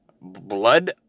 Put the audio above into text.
blood